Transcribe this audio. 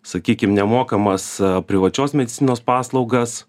sakykim nemokamas privačios medicinos paslaugas